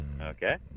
Okay